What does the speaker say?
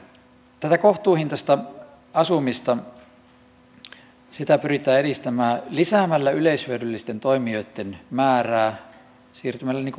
tätä kohtuuhintaista asumista pyritään edistämään lisäämällä yleishyödyllisten toimijoitten määrää siirtymällä kohdekohtaiseen tarkasteluun